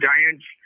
Giants